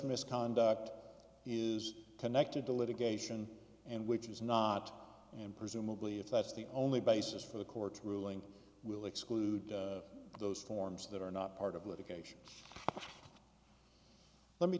misconduct is connected to litigation and which is not and presumably if that's the only basis for the court's ruling will exclude those forms that are not part of litigation let me